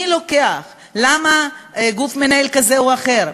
מי לוקח, למה גוף מנהל כזה או אחר.